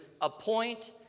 appoint